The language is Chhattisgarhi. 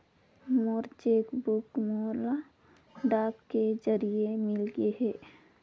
मोर चेक बुक मोला डाक के जरिए मिलगे हे